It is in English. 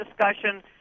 discussion